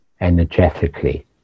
energetically